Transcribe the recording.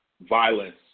violence